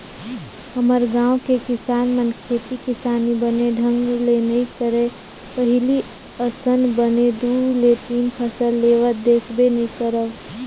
हमर गाँव के किसान मन खेती किसानी बने ढंग ले नइ करय पहिली असन बने दू ले तीन फसल लेवत देखबे नइ करव